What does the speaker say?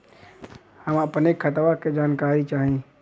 हम अपने खतवा क जानकारी चाही?